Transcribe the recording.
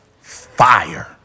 Fire